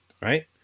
right